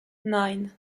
nine